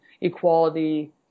equality